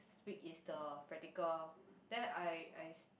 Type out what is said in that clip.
week is the practical loh